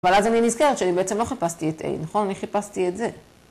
אבל אז אני נזכרת שאני בעצם לא חיפשתי את A, נכון? אני חיפשתי את זה.